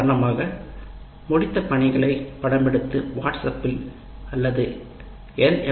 உதாரணமாக முடித்த பணிகளை படமெடுத்து வாட்ஸ்அப்பில் அல்லது எல்